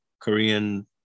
Korean